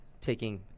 taking